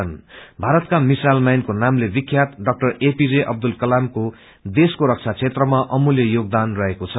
भारतका missile man नामले विख्यात ड्डा एपीजे अब्दुल कलामको देशको रक्षा क्षेत्रमा अमूल योगदान रहेको छ